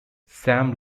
sam